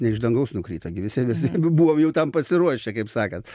ne iš dangaus nukrito gi visi visi buvom jau tam pasiruošę kaip sakant